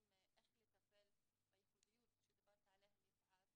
איך לטפל בייחודיות עליה דיברה היושבת ראש.